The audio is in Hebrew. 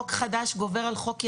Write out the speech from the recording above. חוק חדש גובר על חוק ישן.